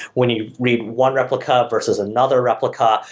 when you read one replica versus another replica,